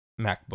MacBook